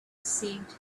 seemed